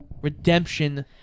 redemption